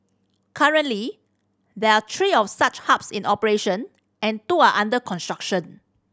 currently there are three of such hubs in operation and two are under construction